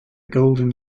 golden